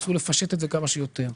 ניסו לפשט את זה כמה שיותר.